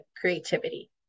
creativity